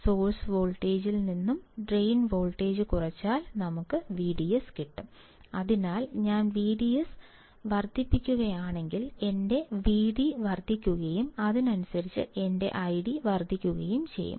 source വോൾട്ടേജിൽ നിന്നും drain voltage കുറച്ചാൽ നമുക്ക് VDS കിട്ടും അതിനാൽ ഞാൻ VDS വർദ്ധിപ്പിക്കുകയാണെങ്കിൽ എന്റെ VD വർദ്ധിക്കുകയും അതിനനുസരിച്ച് എന്റെ ID വർദ്ധിക്കുകയും ചെയ്യും